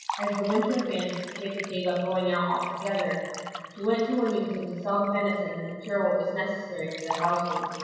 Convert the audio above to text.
as the winter advanced, jacob gave up going out altogether. he went to lymington to sell the venison and procure what was necessary for the household,